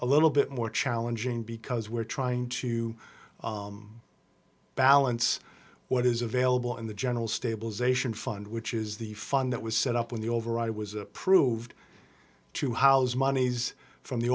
a little bit more challenging because we're trying to balance what is available in the general stabilization fund which is the fund that was set up when the override was approved to house monies from the